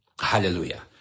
Hallelujah